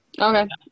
Okay